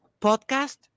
podcast